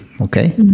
Okay